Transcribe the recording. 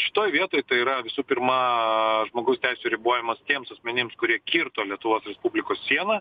šitoj vietoj tai yra visų pirma žmogaus teisių ribojimas tiems asmenims kurie kirto lietuvos respublikos sieną